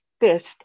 fist